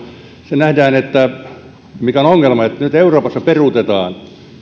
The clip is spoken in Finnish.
nähdään ja se on ongelma että nyt euroopassa peruutetaan